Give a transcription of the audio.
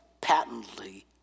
patently